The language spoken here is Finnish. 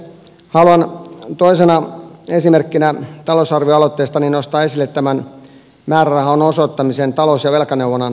haluan toisena esimerkkinä talousarvioaloitteestani nostaa esille tämän määrärahan osoittamisen talous ja velkaneuvonnan järjestämiseen